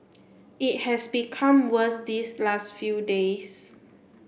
it has become worse these last few days